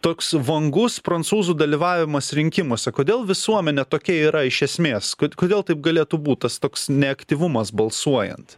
toks vangus prancūzų dalyvavimas rinkimuose kodėl visuomenė tokia yra esmės kodėl taip galėtų būt tas toks neaktyvumas balsuojant